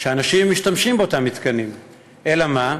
שאנשים משתמשים באותם מתקנים, אלא מה?